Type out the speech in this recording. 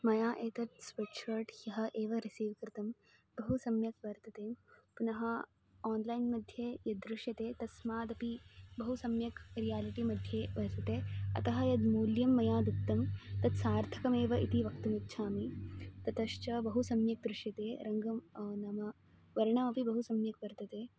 मया एतत् sweatshirt ह्यः एव रिसीव् कृतं बहु सम्यक् वर्तते पुनः आन्लैन् मध्ये यद् दृश्यते तस्मादपि बहु सम्यक् रियालिटि मध्ये वर्तते अतः यद् मूल्यं मया दत्तं तत् सार्थकमेव इति वक्तुम् इच्छामि ततश्च बहु सम्यक् दृश्यते रङ्गं नाम वर्णः अपि बहु सम्यक् वर्तते